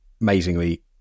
amazingly